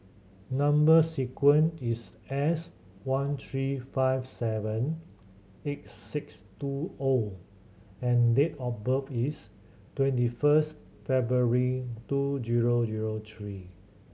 number sequence is S one three five seven eight six two O and date of birth is twenty first February two zero zero three